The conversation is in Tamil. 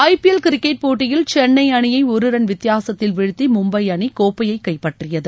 ஐபிஎல் கிரிக்கெட் போட்டியில் சென்னை அணியை ஒரு ரன் வித்தியாசத்தில் வீழ்த்தி மும்பை அணி கோப்பையை கைப்பற்றியது